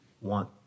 want